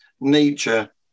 nature